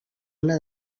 una